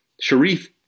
Sharif